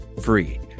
free